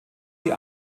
die